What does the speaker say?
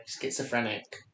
schizophrenic